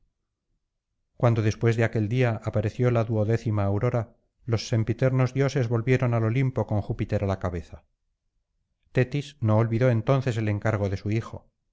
cuando después de aquel día apareció la duodécima aurora los sempiternos dioses volvieron al olimpo con júpiter á la cabeza tetis no olvidó entonces el encargo de su hijo